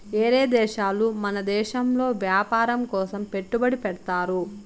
ఏరే దేశాలు మన దేశంలో వ్యాపారం కోసం పెట్టుబడి పెడ్తారు